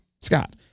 Scott